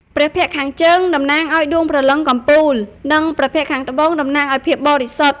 ព្រះភ័ក្ត្រខាងជើង តំណាងឱ្យ ដូងព្រលឹងកំពូល និង ព្រះភ័ក្ត្រខាងត្បូង តំណាងឱ្យភាពបរិសុទ្ធ ។។